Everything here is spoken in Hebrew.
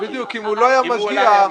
יגיע.